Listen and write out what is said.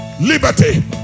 liberty